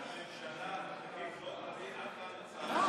הממשלה הנוכחית לא תעביר אף הצעה,